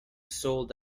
sold